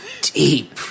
deep